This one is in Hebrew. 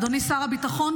אדוני שר הביטחון,